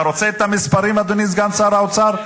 אתה רוצה את המספרים, אדוני סגן שר האוצר?